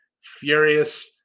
furious